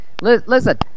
Listen